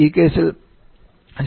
ഈ കേസിൽ COP 3